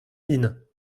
mines